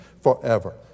forever